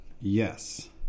Yes